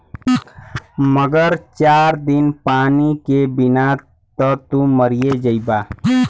मगर चार दिन पानी के बिना त तू मरिए जइबा